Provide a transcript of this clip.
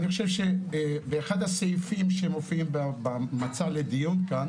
אני חושב שבאחד הסעיפים שמופיעים במצע לדיון כאן